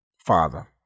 father